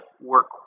work